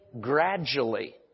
gradually